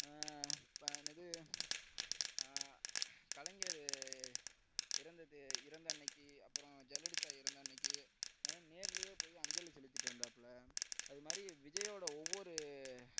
இப்போ என்னது கலைஞர் இறந்தது இறந்த அன்றைக்கி அப்புறம் ஜெயலலிதா இறந்த அன்றைக்கி நேரிலியே போய் அஞ்சலி செலுத்திவிட்டு வந்தாப்ல அது மாதிரி விஜய்யோடய ஒவ்வொரு